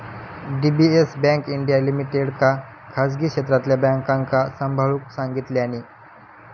DBS bank India लिमिटेडका खासगी क्षेत्रातल्या बॅन्कांका सांभाळूक सांगितल्यानी